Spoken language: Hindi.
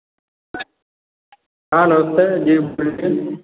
हाँ नमस्ते जी बोलिए